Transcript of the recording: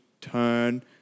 turn